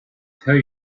tell